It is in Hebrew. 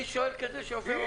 אני שואל כדי שיופיע בפרוטוקול.